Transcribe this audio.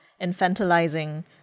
infantilizing